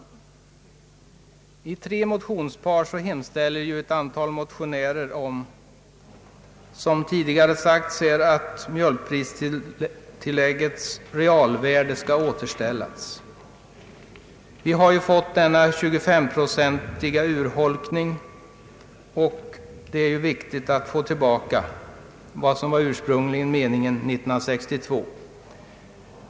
I tre motionspar hemställer ett antal motionärer att mjölkpristilläggets realvärde skall återställas. Mjölkpristilläggets värde har urholkats med cirka 25 procent och det är viktigt att tillägget återfår det värde som man avsåg 1962.